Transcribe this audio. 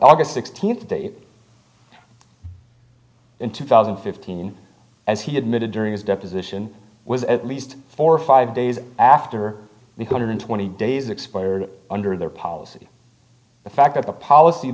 august sixteenth in two thousand and fifteen as he admitted during his deposition was at least four or five days after the hundred twenty days expired under their policy the fact that a policy